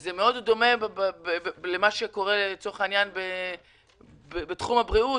זה מאוד דומה למה שקורה בתחום הבריאות,